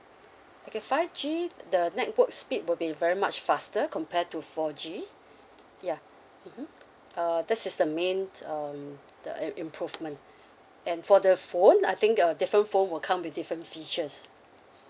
okay five G the network speed will be very much faster compared to four G ya mmhmm uh this is the main um the uh improvement and for the phone I think uh different phone will come with different features